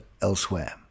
elsewhere